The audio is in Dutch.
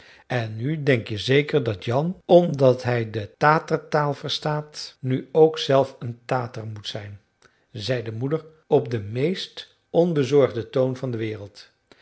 en nu denk je zeker dat jan omdat hij de tatertaal verstaat nu ook zelf een tater moet zijn zei de moeder op den meest onbezorgden toon van de wereld